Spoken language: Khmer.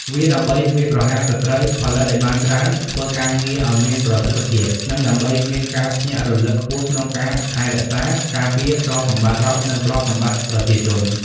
វាដើម្បីវាយប្រហារសត្រូវ ផលិតអោយបានច្រើន ធ្វើការងារអោយមានប្រសិទ្ឋភាព និងដើម្បីមានការភ្ញាក់រលឹកខ្ពស់នូវការថែរក្សា ការពារ ទ្រព្យសម្បត្តិរដ្ឋនិងទ្រព្យសម្បត្តិ ប្រជាជន។